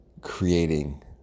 creating